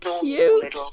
cute